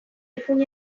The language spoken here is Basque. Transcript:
ipuin